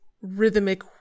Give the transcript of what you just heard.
rhythmic